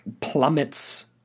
plummets